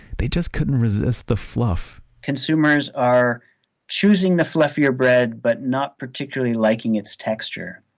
they just couldn't resist the fluff consumers are choosing the fluffier bread but not particularly liking its texture.